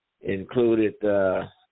included